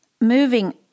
moving